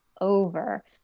over